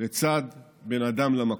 לצד בין אדם למקום,